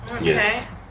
yes